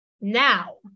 now